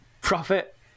profit